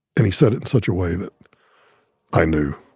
and he said it in such a way that i knew.